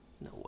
No